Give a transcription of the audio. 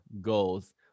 goals